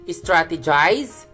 strategize